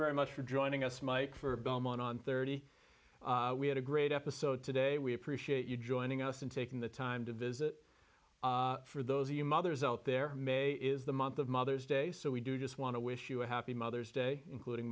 very much for joining us mike for belmont on thirty we had a great episode today we appreciate you joining us and taking the time to visit for those of you mothers out there may is the month of mother's day so we do just want to wish you a happy mother's day including